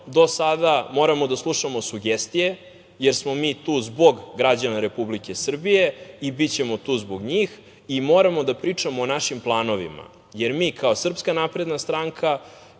do sada, moramo da slušamo sugestije, jer smo mi tu zbog građana Republike Srbije i bićemo tu zbog njih i moramo da pričamo o našim planovima, jer mi kao SNS i kao